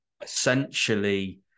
essentially